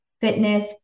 fitness